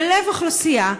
בלב אוכלוסייה,